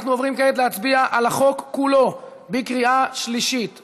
אנחנו עוברים כעת להצביע על החוק כולו בקריאה שלישית.